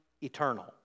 eternal